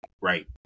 right